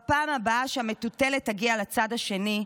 בפעם הבאה שהמטוטלת תגיע לצד השני,